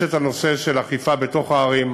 יש הנושא של אכיפה בתוך הערים.